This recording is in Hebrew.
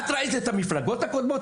את המפלגות הקודמות?